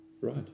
Right